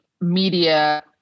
media